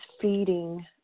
feeding